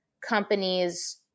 companies